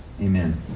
Amen